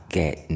get